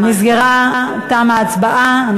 ההצבעה.